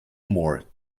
more